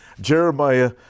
Jeremiah